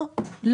לא.